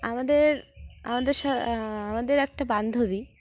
আমাদের আমাদের আমাদের একটা বান্ধবী